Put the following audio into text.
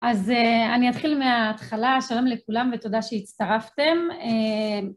‫אז אני אתחיל מההתחלה, ‫שלום לכולם ותודה שהצטרפתם.